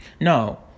No